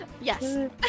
Yes